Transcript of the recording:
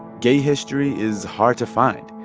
gay history is hard to find.